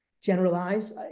generalize